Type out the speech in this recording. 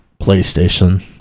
PlayStation